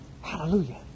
hallelujah